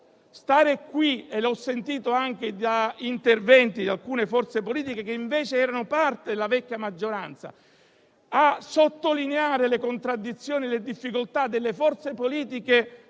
Stare qui - l'ho sentito anche in interventi di alcune forze politiche che invece erano parte della vecchia maggioranza - a sottolineare le contraddizioni e le difficoltà delle forze politiche